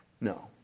No